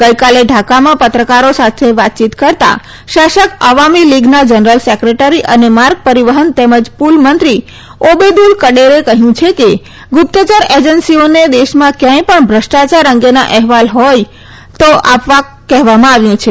ગઇકાલે ઢાકામાં પત્રકારો સાથે વાતચીત કરતાં શાસક અવામી લીગના જનરલ સેક્રેટરી અને માર્ગ પરિવહન તેમજ પુલ મંત્રી ઓબેદુલ કડેરે કહ્યું હતું કે ગુપ્તયર એજન્સીઓને દેશમાં ક્યાંય પણ ભ્રષ્ટાચાર અંગેના અહેવાલ હોય તો આપવા કહેવામાં આવ્યું છે